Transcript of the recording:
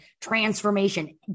transformation